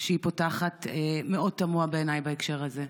שהיא פותחת מאוד תמוה בעיניי בהקשר הזה.